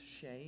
shame